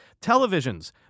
Televisions